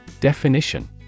Definition